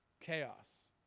Chaos